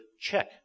check